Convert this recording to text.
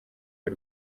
y’u